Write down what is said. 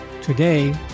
Today